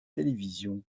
télévisions